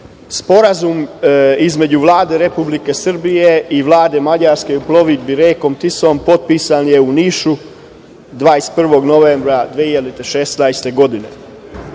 Tisom. Sporazum između Vlade Republike Srbije i Vlade Mađarske o plovidbi rekom Tisom potpisan je u Nišu, 21. novembra 2016. godine.